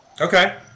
Okay